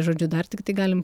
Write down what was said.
žodžiu dar tiktai galim